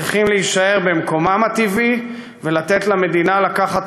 הם צריכים להישאר במקומם הטבעי ולתת למדינה לקחת